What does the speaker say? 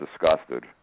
disgusted